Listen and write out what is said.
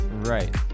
right